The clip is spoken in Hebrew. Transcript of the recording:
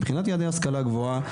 מבחינת יעדי השכלה גבוהה,